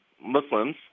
Muslims